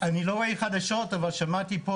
אני לא רואה חדשות, אבל שמעתי פה